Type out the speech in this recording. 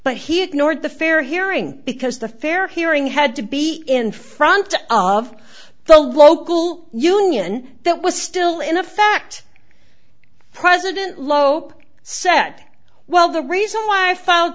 but he ignored the fair hearing because the fair hearing had to be in front of the local union that was still in effect president loke said well the reason why i f